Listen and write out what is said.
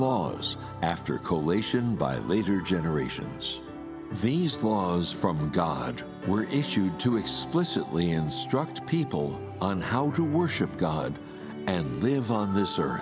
laws after coalition by later generations these laws from god were issued to explicitly instruct people on how to worship god and live on this e